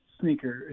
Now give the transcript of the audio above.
sneaker